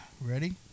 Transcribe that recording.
Ready